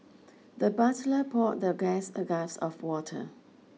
the butler poured the guest a glass of water